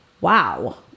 wow